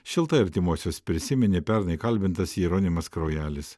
šiltai artimuosius prisiminė pernai kalbintas jeronimas kraujelis